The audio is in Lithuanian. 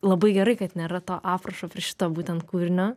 labai gerai kad nėra to aprašo šito būtent kūrinio